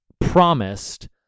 promised